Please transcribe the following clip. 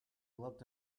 looked